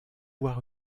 voir